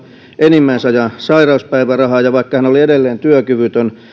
enimmäisajan sairauspäivärahaa ja vaikka hän oli edelleen työkyvytön